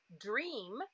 dream